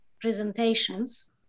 presentations